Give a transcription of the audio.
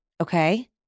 okay